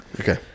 Okay